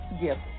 gift